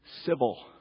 civil